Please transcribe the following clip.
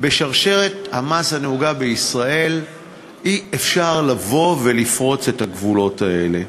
בשרשרת המס הנהוגה בישראל אי-אפשר לבוא ולפרוץ את הגבולות האלה.